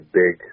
big